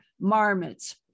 marmots